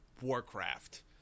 warcraft